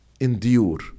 endure